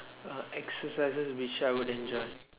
exercises which I would enjoy